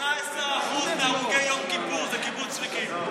18% מהרוגי יום כיפור זה קיבוצניקים.